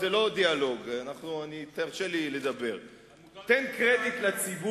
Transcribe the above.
אני נותן לו קרדיט.